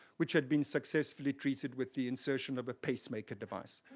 which had been successfully treated with the insertion of a pacemaker device.